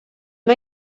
mae